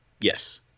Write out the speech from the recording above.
Yes